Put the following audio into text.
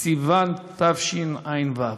בסיוון תשע"ו.